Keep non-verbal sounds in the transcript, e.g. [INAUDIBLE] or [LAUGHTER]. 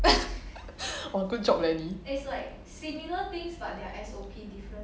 [LAUGHS] !wah! good job leh 你